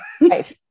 Right